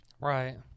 Right